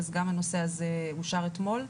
גם הנושא הזה אושר אתמול,